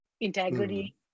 integrity